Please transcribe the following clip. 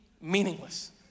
meaningless